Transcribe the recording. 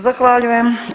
Zahvaljujem.